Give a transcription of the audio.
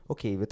Okay